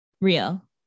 Real